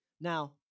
Now